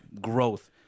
growth